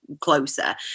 closer